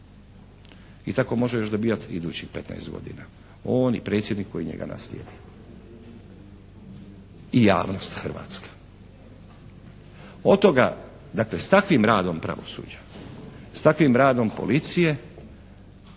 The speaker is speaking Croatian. i tako može još dobivati idućih 15 godina. On i predsjednik koji njega naslijedi i javnost Hrvatska. Od toga, dakle, s takvim radom pravosuđa, s takvim radom policije